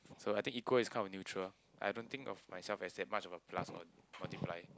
so I think equal is kind of neutral I don't think of myself as that much of a plus or multiply